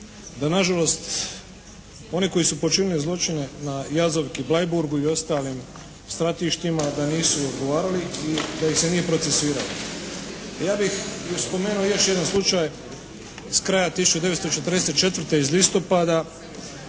da na žalost oni koji su počinili zločine na Jazovki, Bleiburgu i ostalim stratištima da nisu odgovarali i da ih se nije procesuiralo. Ja bih spomenuo još jedan slučaj s kraja 1944. iz listopada